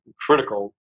critical